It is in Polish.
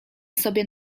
sobie